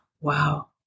Wow